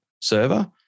server